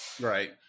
right